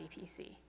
VPC